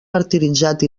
martiritzat